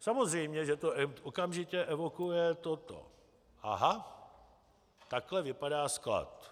Samozřejmě že to okamžitě evokuje toto: aha, takhle vypadá sklad.